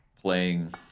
playing